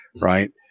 Right